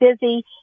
busy